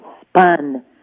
spun